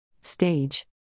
Stage